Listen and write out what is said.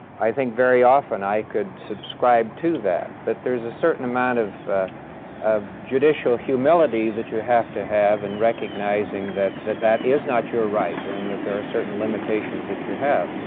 i think very often i could subscribe to that. but there's a certain amount of of judicial humility that you have to have in recognizing that that that is not your right and that there certain limitations that you have.